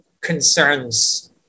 concerns